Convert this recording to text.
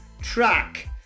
track